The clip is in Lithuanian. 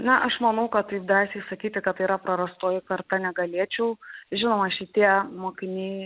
na aš manau kad taip drąsiai sakyti kad tai yra prarastoji karta negalėčiau žinoma šitie mokiniai